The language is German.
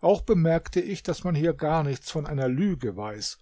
auch bemerkte ich daß man hier gar nichts von einer lüge weiß